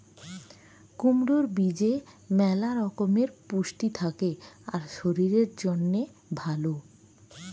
কুমড়োর বীজে ম্যালা রকমের পুষ্টি থাকে আর শরীরের জন্যে ভালো